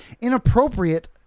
inappropriate